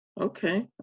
Okay